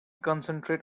concentrate